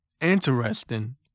interesting